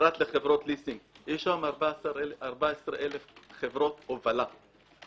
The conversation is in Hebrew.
פרט לחברות ליסינג יש היום 14,000 חברות הובלה.